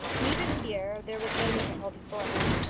even here there was no difficulty for him.